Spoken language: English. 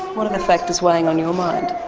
what are the factors weighing on your mind?